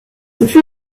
you